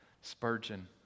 Spurgeon